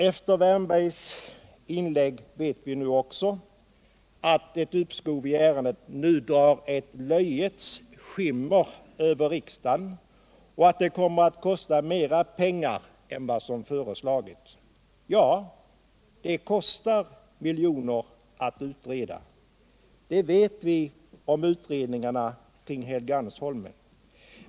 Efter Erik Wärnbergs inlägg vet vi också att ett uppskov i ärendet nu drar ett löjets skimmer över riksdagen och att det kommer att kosta mer pengar än som föreslagits. Ja, det kostar miljoner att utreda, det vet vi om utredningarna kring Helgeandsholmen.